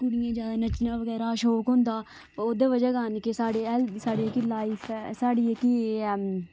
कुड़ियें गी जैदा नच्चने बगैरा दा शौक होंदा ओह्दे बजह् कारण के साढ़े हैल साढ़ी जेह्की लाईफ ऐ साढ़ी जेह्की एह् ऐ